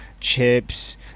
chips